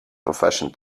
profession